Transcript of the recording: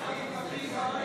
לוועדת כספים.